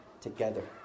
together